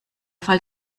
fall